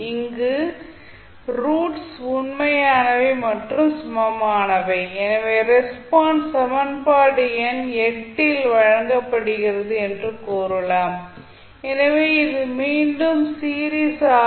இங்கு ரூட்ஸ் உண்மையானவை மற்றும் சமமானவை எனவே ரெஸ்பான்ஸ் சமன்பாடு எண் மூலம் வழங்கப்படுகிறது என்று கூறலாம் எனவே இது மீண்டும் நாம் சீரிஸ் ஆர்